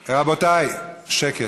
רבותיי, שקט.